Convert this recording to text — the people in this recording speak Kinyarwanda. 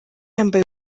yambaye